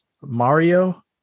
mario